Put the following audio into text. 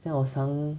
现在我想